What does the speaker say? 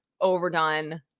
overdone